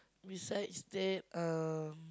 besides that uh